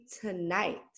tonight